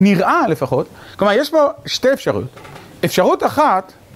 נראה לפחות כלומר יש בו שתי אפשרות, אפשרות אחת